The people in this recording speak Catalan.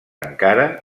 encara